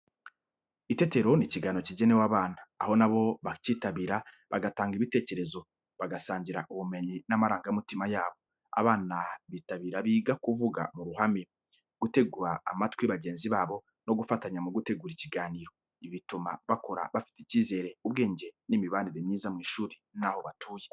Itetero ni ikiganiro kigenewe abana, aho na bo bakitabira bagatanga ibitekerezo, bagasangira ubumenyi n’amarangamutima yabo. Abana bitabira biga kuvuga mu ruhame, gutega amatwi bagenzi babo no gufatanya mu gutegura ikiganiro. Ibi bituma bakura bafite icyizere, ubwenge n’imibanire myiza mu ishuri n'aho batuye.